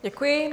Děkuji.